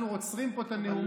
אנחנו עוצרים פה את הנאומים.